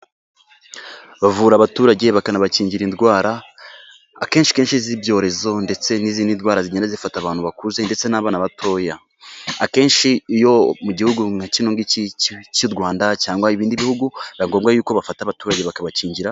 Bavura abaturage bakanabakingira indwara akenshi kenshi z'ibyorezo ndetse n'izindi ndwara zigenda zifata abantu bakuze ndetse n'abana batoya, akenshi iyo mu gihugu kino ng'iki cy'u Rwanda cyangwa ibindi bihugu biba ngombwa yuko bafata abaturage bakabakingira.